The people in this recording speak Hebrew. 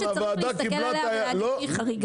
ו-2% זה לא רווחיות שצריך להסתכל עליה ולהגיד היא חריגה.